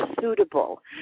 suitable